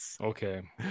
Okay